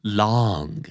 long